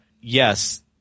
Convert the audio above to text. yes